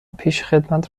پیشخدمت